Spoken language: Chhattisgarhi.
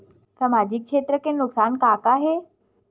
सामाजिक क्षेत्र के नुकसान का का हे?